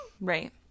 Right